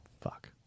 fuck